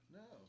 no